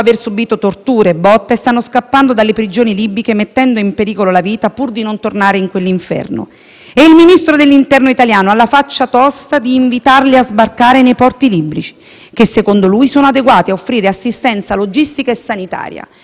E il Ministro dell'interno italiano ha avuto la faccia tosta di invitarle a sbarcare nei porti libici, che - secondo lui - sono adeguati a offrire assistenza logistica e sanitaria. Cari colleghi, se non fosse drammatica, questa situazione sembrerebbe perfino poco